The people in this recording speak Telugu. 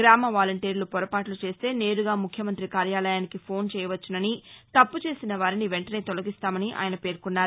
గ్రామ వలంటీర్లు పొరపాట్లు చేస్తే నేరుగా ముఖ్యమంతి కార్యాలయానికి ఫోన్ చేయవచ్చునని తప్పుచేసిన వారిని వెంటనే తొలగిస్తామని ఆయన పేర్కొన్నారు